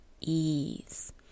ease